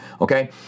Okay